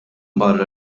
barra